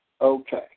Okay